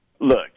Look